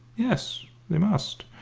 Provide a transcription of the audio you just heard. yes, they must.